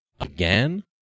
Again